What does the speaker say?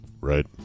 Right